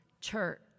church